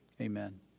amen